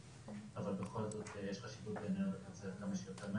אבל יש בעינינו חשיבות לאשר את זה בדחיפות.